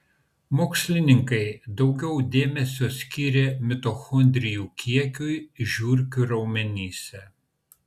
mokslininkai daugiausiai dėmesio skyrė mitochondrijų kiekiui žiurkių raumenyse